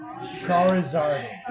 Charizard